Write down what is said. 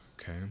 okay